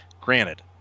granted